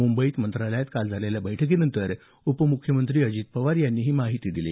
मुंबईत मंत्रालयात काल झालेल्या बैठकीनंतर उपमुख्यमंत्री अजित पवार यांनी ही माहिती दिली